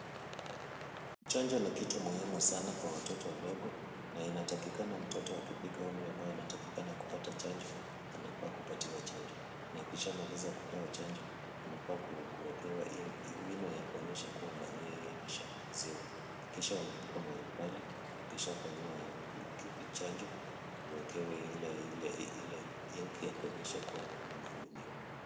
Chanjo ni kitu muhimu sana kwa watoto wadogo na inatakikana mtoto akifika umri ambayo anatakikana kupata chanjo, anafaa kupatiwa chanjo na akishamaliza kupewa chanjo, anafaa kuwekewa wino ya kuonyesha kuwa yeye ameshamaliziwa. Hakikisha umefika mahali pale, ukishafanyiwa chanjo, uwekewe ile ink ya kuonyesha kuwa wewe umehudumiwa.